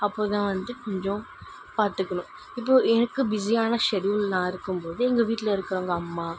அப்போ தான் வந்த கொஞ்சம் பார்த்துக்குணும் இப்போ எனக்கு பிஸியான ஷெடுல் நான் இருக்கும் போது எங்கள் வீட்டில் இருக்கிறவங்க அம்மா